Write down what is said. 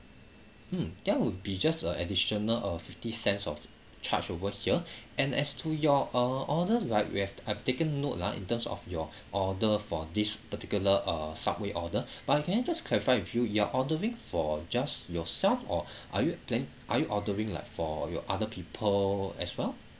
hmm that will be just a additional uh fifty cents of charge over here and as to your uh orders right we have I have taken note lah in terms of your order for this particular uh subway order but can I just clarify with you you're ordering for just yourself or are you plan~ are you ordering like for your other people as well